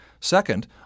Second